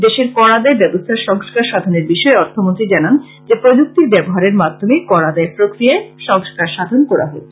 দেশের কর আদায় ব্যবস্থার সংস্কার সাধনের বিষয়ে অর্থমন্ত্রী জানান যে প্রযুক্তির ব্যবহারের মাধ্যমে কর আদায় প্রক্রিয়ায় সংস্কার সাধন করা হচ্ছে